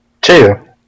Two